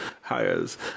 hires